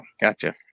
gotcha